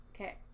Okay